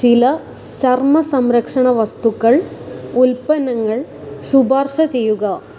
ചില ചർമ്മസംരക്ഷണ വസ്തുക്കൾ ഉൽപ്പന്നങ്ങൾ ശുപാർശ ചെയ്യുക